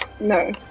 No